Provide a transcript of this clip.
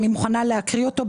אני מוכנה להקריא אותו.